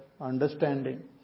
understanding